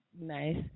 nice